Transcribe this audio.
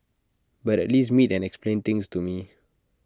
but at least meet and explain things to me